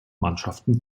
mannschaften